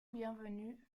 bienvenu